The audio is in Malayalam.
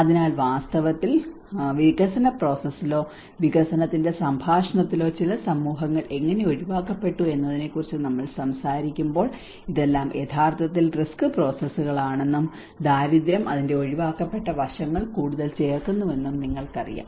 അതിനാൽ വാസ്തവത്തിൽ വികസന പ്രോസസ്സിലോ വികസനത്തിന്റെ സംഭാഷണത്തിലോ ചില സമൂഹങ്ങൾ എങ്ങനെ ഒഴിവാക്കപ്പെട്ടു എന്നതിനെക്കുറിച്ച് നമ്മൾ സംസാരിക്കുമ്പോൾ ഇതെല്ലാം യഥാർത്ഥത്തിൽ റിസ്ക് പ്രോസസ്സുകളാണെന്നും ദാരിദ്ര്യം അതിന്റെ ഒഴിവാക്കപ്പെട്ട വശങ്ങൾ കൂടുതൽ ചേർക്കുന്നുവെന്നും നിങ്ങൾക്കറിയാം